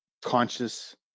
conscious